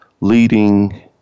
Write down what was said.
leading